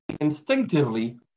instinctively